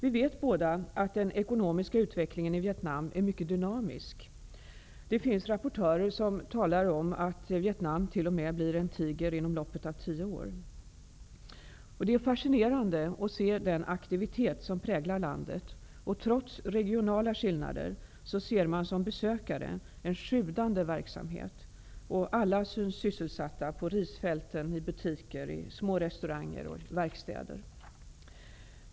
Vi vet båda att den ekonomiska utvecklingen i Vietnam är mycket dynamisk. Det finns rapportörer som talar om att Vietnam t.o.m. blir en tiger inom loppet av tio år. Det är fascinerande att se den aktivitet som präglar landet. Trots regionala skillnader ser man som besökare en sjudande verksamhet. Alla synes sysselsatta på risfälten, i butiker, i små restauranger och i verkstäder.